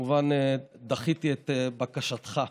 כמובן דחיתי את בקשתך.